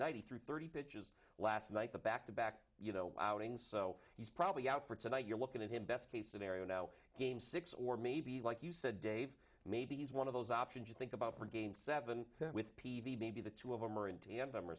ninety three thirty pitches last night the back to back you know outing so he's probably out for tonight you're looking at him best case scenario now game six or maybe like you said dave maybe he's one of those options you think about pregame seven with p b maybe the two of them are in